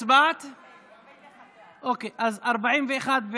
התשפ"ב 2021,